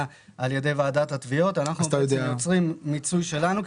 על ידי ועדת התביעות אנחנו יוצרים מיצוי שלנו,